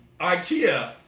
Ikea